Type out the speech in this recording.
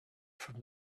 from